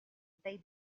they